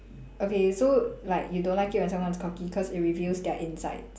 okay so like you don't like it when someone is cocky cause it reveals their insides